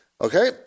okay